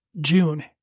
June